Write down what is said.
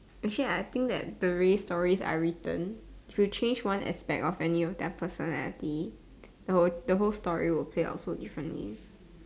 actually I think that the way stories are written if you change one aspect of any of their personality the whole the whole story will play out so differently